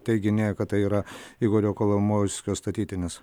teiginyje kad tai yra igorio kolomoiskio statytinis